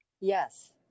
Yes